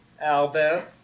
Albert